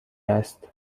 است